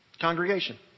Congregation